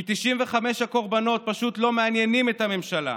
כי 95 הקורבנות לא מעניינים את הממשלה.